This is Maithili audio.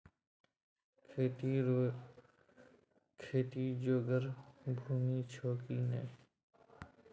खेती जोगर भूमि छौ की नै?